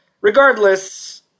regardless